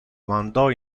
mandò